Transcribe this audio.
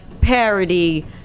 parody